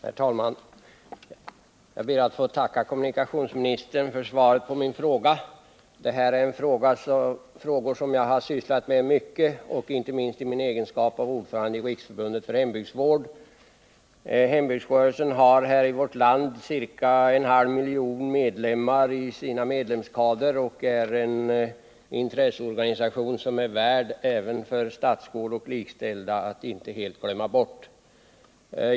Herr talman! Jag ber att få tacka kommunikationsministern för svaret på min fråga. Det här är saker som jag sysslat med mycket, inte minst i egenskap av ordförande för Riksförbundet för hembygdsvård. Hembygdsrörelsen har i vårt land ca en halv miljon personer i sina medlemskadrar och är en intresseorganisation som är värd att inte helt glömmas bort — det gäller även statsråd och likställda.